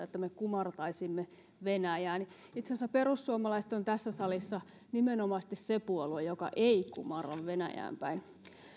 että me kumartaisimme venäjään itse asiassa perussuomalaiset on tässä salissa nimenomaisesti se puolue joka ei kumarra venäjään päin